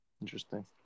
Interesting